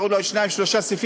נשארו לו עוד שניים-שלושה סעיפים,